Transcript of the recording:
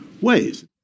ways